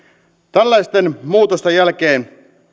tällaisten muutosten jälkeen